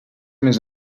més